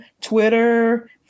Twitter